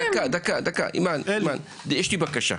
רגע, דקה, דקה, אימאן, יש לי בקשה.